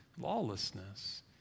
lawlessness